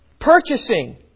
purchasing